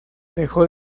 dejó